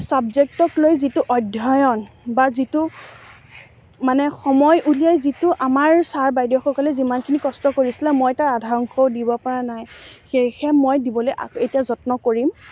ছাবজেক্টক লৈ যিটো অধ্যয়ন বা যিটো মানে সময় উলিয়াই যিটো আমাৰ ছাৰ বাইদেউসকলে যিমানখিনি কষ্ট কৰিছিলে মই তাৰ আধা অংশও দিব পৰা নাই সেয়েহে মই দিবলৈ এতিয়া যত্ন কৰিম